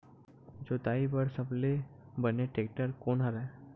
जोताई बर सबले बने टेक्टर कोन हरे?